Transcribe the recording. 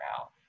out